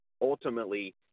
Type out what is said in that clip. ultimately